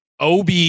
OB